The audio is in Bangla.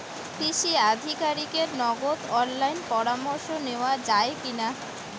কৃষি আধিকারিকের নগদ অনলাইন পরামর্শ নেওয়া যায় কি না?